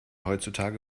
heutzutage